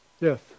Yes